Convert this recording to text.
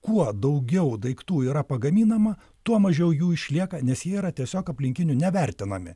kuo daugiau daiktų yra pagaminama tuo mažiau jų išlieka nes jie yra tiesiog aplinkinių nevertinami